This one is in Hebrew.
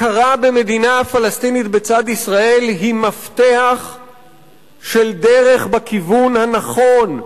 הכרה במדינה פלסטינית בצד ישראל היא מפתח של דרך בכיוון הנכון,